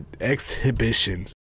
exhibition